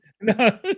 No